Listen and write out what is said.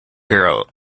girl